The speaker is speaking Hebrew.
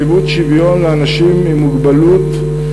נציבות שוויון לאנשים עם מוגבלות,